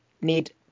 need